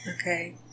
okay